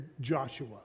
Joshua